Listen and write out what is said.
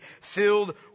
filled